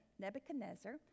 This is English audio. Nebuchadnezzar